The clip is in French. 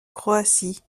croatie